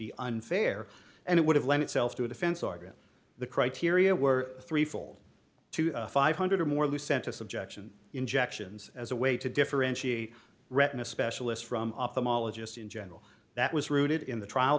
be unfair and it would have lent itself to a defense argument the criteria were three fold to five hundred or more who sent us objection injections as a way to differentiate retina specialist from ophthalmologist in general that was rooted in the trial